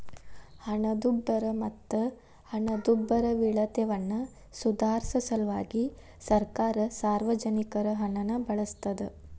ಹಣದುಬ್ಬರ ಮತ್ತ ಹಣದುಬ್ಬರವಿಳಿತವನ್ನ ಸುಧಾರ್ಸ ಸಲ್ವಾಗಿ ಸರ್ಕಾರ ಸಾರ್ವಜನಿಕರ ಹಣನ ಬಳಸ್ತಾದ